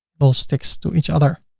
all stick so to each other.